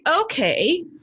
okay